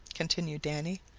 continued danny.